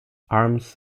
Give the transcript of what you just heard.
arms